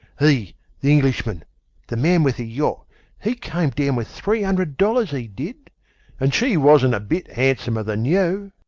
he the englishman the man with the yacht he came down with three hundred dollars, he did and she wasn't a bit handsomer than you.